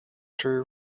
drew